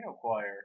Choir